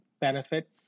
benefit